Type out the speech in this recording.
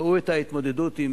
ראו את ההתמודדות עם